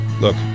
Look